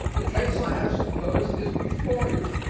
the case i have supposed is before you.